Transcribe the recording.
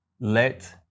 Let